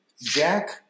Jack